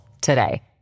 today